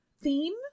theme